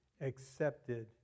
accepted